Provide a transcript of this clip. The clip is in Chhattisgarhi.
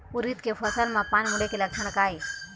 उरीद के फसल म पान मुड़े के लक्षण का ये?